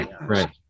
right